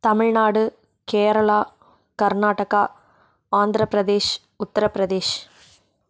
Tamil Nadu Kerala Karnataka Andhra Pradesh Uttar Pradesh